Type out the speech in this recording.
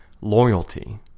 loyalty